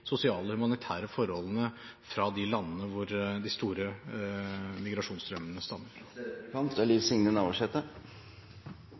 sosiale og humanitære forholdene i de landene som de store migrasjonsstrømmene stammer fra. Det er